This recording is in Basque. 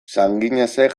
sanginesek